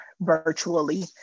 virtually